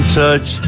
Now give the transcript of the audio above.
touch